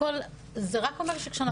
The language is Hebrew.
ברכות,